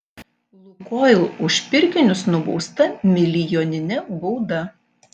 lukoil už pirkinius nubausta milijonine bauda